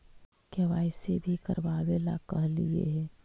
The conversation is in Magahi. के.वाई.सी भी करवावेला कहलिये हे?